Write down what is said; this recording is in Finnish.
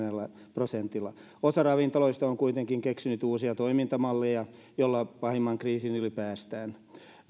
prosentilla osa ravintoloista on kuitenkin keksinyt uusia toimintamalleja joilla pahimman kriisin yli päästään